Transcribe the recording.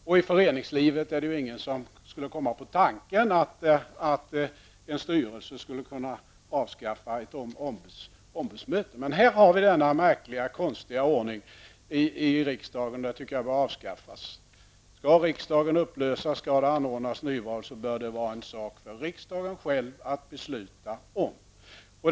I föreningslivet skulle ingen heller komma på tanken att en styrelse skulle kunna avskaffa ett ombudsmöte. Här i riksdagen har vi dock denna märkliga ordning, som jag tycker bör avskaffas. Skall riksdagen upplösas och det skall anordnas nyval, bör det vara en sak för riksdagen själv att besluta om.